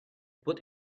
put